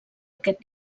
aquest